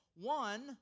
one